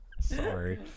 sorry